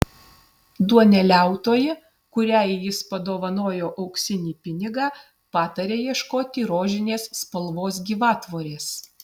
duoneliautoja kuriai jis padovanoja auksinį pinigą pataria ieškoti rožinės spalvos gyvatvorės